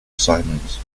simmons